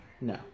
No